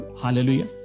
hallelujah